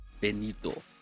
Benito